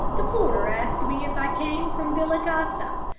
the porter asked me if i came from villa casa.